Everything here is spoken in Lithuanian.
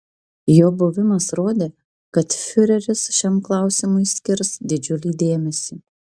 jo buvimas rodė kad fiureris šiam klausimui skirs didžiulį dėmesį